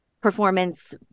performance